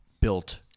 built